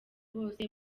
bose